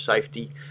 safety